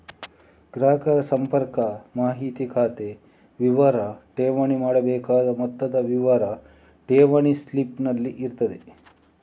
ಗ್ರಾಹಕರ ಸಂಪರ್ಕ ಮಾಹಿತಿ, ಖಾತೆ ವಿವರ, ಠೇವಣಿ ಮಾಡಬೇಕಾದ ಮೊತ್ತದ ವಿವರ ಠೇವಣಿ ಸ್ಲಿಪ್ ನಲ್ಲಿ ಇರ್ತದೆ